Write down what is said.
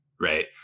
Right